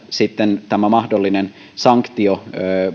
sitten tämä mahdollinen sanktio